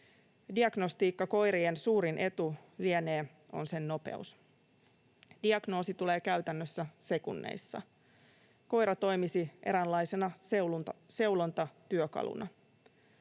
Diagnostiikkakoirien suurin etu lienee sen nopeus. Diagnoosi tulee käytännössä sekunneissa. Koira toimisi eräänlaisena seulontatyökaluna.